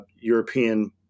European